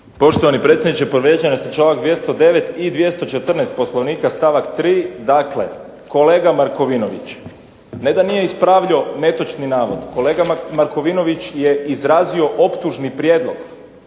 Poštovani predsjedniče, povrijeđen je članak 209. i 214. Poslovnika stavak 3. Dakle, kolega Markovinović, ne da nije ispravljao netočni navod, kolega Markovinović je izrazio optužni prijedlog